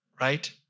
right